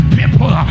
people